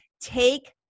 take